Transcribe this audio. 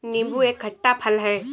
नीबू एक खट्टा फल है